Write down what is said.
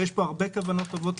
ויש פה הרבה כוונות טובות,